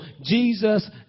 Jesus